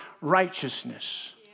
righteousness